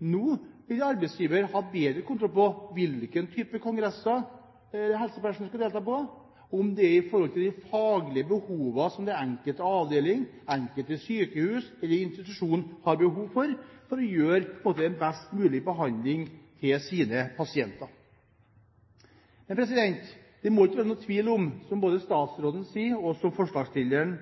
Nå vil arbeidsgiver ha bedre kontroll på hvilke typer kongresser helsepersonell skal delta på, om det er med tanke på de faglige behovene som den enkelte avdeling, det enkelte sykehus eller institusjon har – for å gjøre en best mulig behandling av sine pasienter. Men det må ikke være noen tvil om – som både statsråden og